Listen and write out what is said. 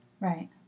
right